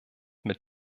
mit